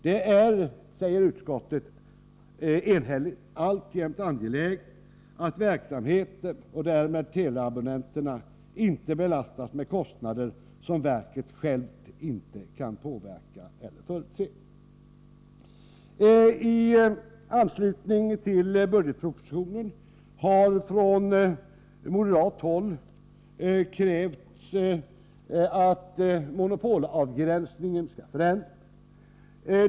Det är, säger utskottet enhälligt, alltjämt angeläget att verksamheten och därmed teleabonnenterna inte belastas med kostnader som verket självt inte kan påverka eller förutse. I anslutning till budgetpropositionen har man från moderat håll krävt att monopolavgränsningen skall förändras.